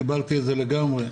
וקיבלתי את זה לגמרי.